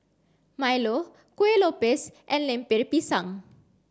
Milo Kuih Lopes and Lemper Pisang